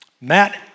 Matt